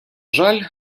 жаль